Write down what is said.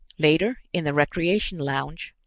later, in the recreation lounge,